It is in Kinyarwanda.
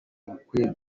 akuze